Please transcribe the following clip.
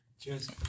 Cheers